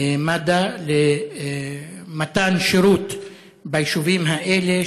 מד"א למתן שירות ביישובים האלה,